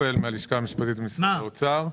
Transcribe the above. הלשכה המשפטית, משרד האוצר.